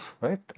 right